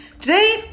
Today